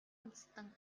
үндэстэн